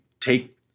take